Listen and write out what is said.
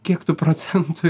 kiek tų procentų